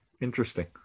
Interesting